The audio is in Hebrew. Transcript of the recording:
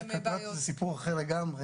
זה סיפור אחר לגמרי.